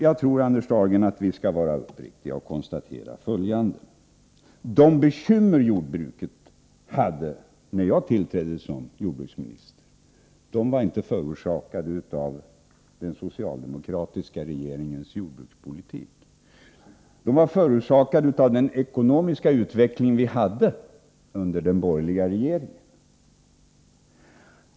Jag tror, Anders Dahlgren, att vi skall vara uppriktiga och konstatera följande: De bekymmer som jordbruket hade när jag tillträdde som jordbruksminister var inte förorsakade av den socialdemokratiska regeringens jordbrukspolitik utan av den ekonomiska utveckling vi hade under den borgerliga regeringen.